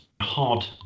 hard